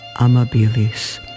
Amabilis